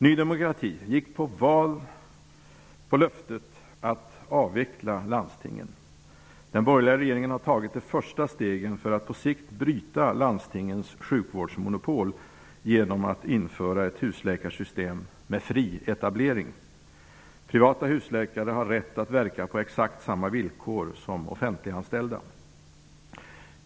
Ny demokrati gick på val på löftet att avveckla landstingen. Den borgerliga regeringen har tagit de första stegen för att på sikt bryta landstingens sjukvårdsmonopol genom att införa ett husläkarsystem med fri etablering. Privata husläkare har rätt att verka på exakt samma villkor som offentliganställda.